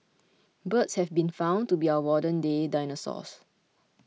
birds have been found to be our modern day dinosaurs